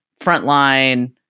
Frontline